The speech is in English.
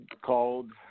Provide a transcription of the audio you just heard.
called